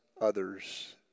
others